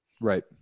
Right